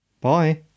Bye